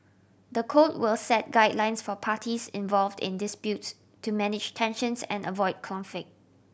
the code will set guidelines for parties involved in disputes to manage tensions and avoid conflict